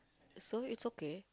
so it's okay